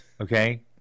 Okay